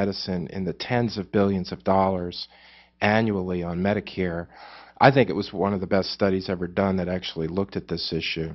medicine in the tens of billions of dollars annually on medicare i think it was one of the best studies ever done that actually looked at this issue